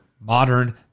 modern